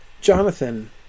Jonathan